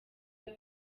d’or